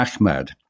Ahmad